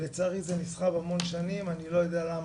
לצערי זה נסחב המון שנים ואני לא יודע למה.